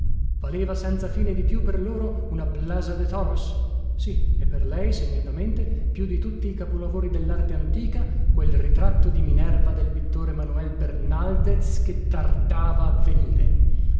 valeva senza fine di più per loro una plaza de toros sì e per lei segnatamente più di tutti i capolavori dellarte antica quel ritratto di minerva del pittore manuel bernaldez che tardava